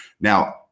Now